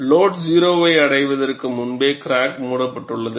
load 0 ஐ அடைவதற்கு முன்பே கிராக் மூடப்பட்டுள்ளது